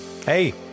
Hey